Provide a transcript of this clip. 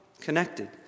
connected